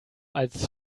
als